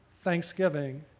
thanksgiving